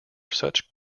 such